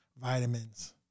vitamins